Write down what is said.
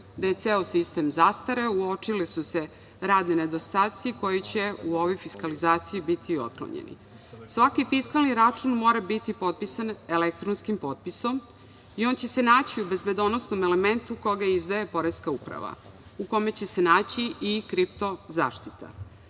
da je ceo sistem zastareo, uočili su se razni nedostaci koji će u ovoj fiskalizaciji biti otklonjeni. Svaki fiskalni račun mora biti potpisan elektronskim potpisom i on će se naći u bezbednosnom elementu koga izdaje poreska uprava, u kome će se naći i kripto zaštita,